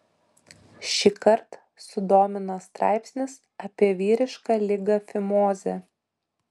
šįkart sudomino straipsnis apie vyrišką ligą fimozę